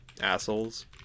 assholes